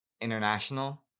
international